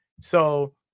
So-